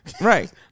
Right